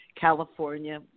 California